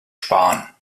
sparen